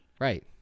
Right